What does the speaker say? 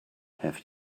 have